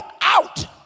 out